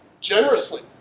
generously